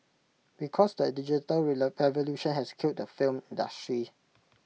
because the digital evolution has killed the film industry